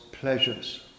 pleasures